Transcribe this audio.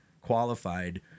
qualified